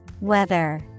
Weather